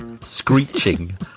screeching